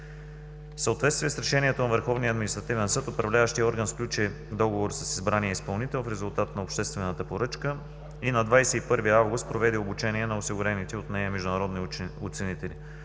съответствие с решението на Върховния административен съд, управляващият орган сключи договор с избрания изпълнител в резултат на обществената поръчка и на 21 август проведе обучение на осигурените от нея международни оценители.